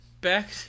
back